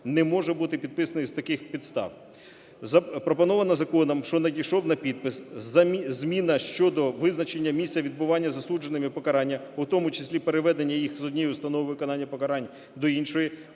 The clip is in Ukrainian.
не може бути підписаний з таких підстав: Пропонована законом, що надійшов на підпис, зміна щодо визначення місця відбування засудженими покарання, у тому числі переведення їх з однією установи виконання покарань до іншої,